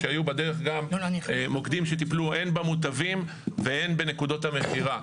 כשהיו בדרך גם מוקדים שטיפלו הן במוטבים והן בנקודת המכירה.